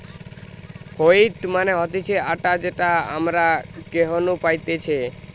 wheat মানে হতিছে আটা যেটা আমরা গেহু নু পাইতেছে